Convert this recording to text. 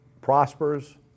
prospers